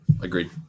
agreed